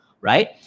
right